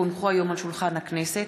כי הונחו היום על שולחן הכנסת,